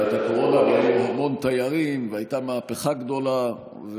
היו המון תיירים והייתה מהפכה גדולה.